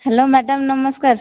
hello madam ନମସ୍କାର